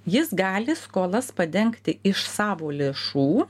jis gali skolas padengti iš savo lėšų